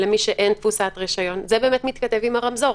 למי שאין תפוסת רישיון זה מתכתב עם הרמזור,